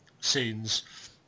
scenes